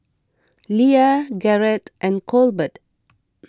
Leia Garret and Colbert